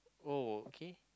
oh okay